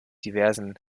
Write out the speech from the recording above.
diversen